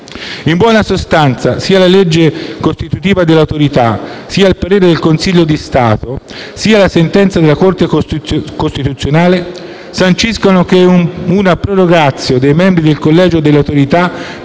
In buona sostanza, sia la legge costitutiva delle Autorità sia un parere del Consiglio di Stato, che una sentenza della Corte costituzionale sanciscono che una *prorogatio* dei membri dei collegi delle Autorità,